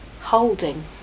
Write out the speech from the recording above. holding